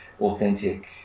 authentic